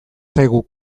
zaigu